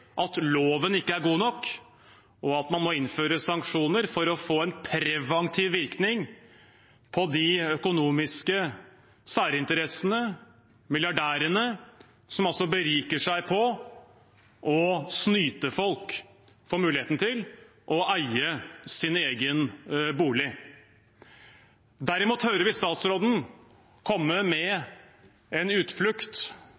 at regjeringen går mot et samlet ønske fra partiene i Oslo, som ser at loven ikke er god nok, og at man må innføre sanksjoner for å få en preventiv virkning på de økonomiske særinteressene, milliardærene, som beriker seg på å snyte folk for muligheten til å eie sin egen bolig. Derimot hører vi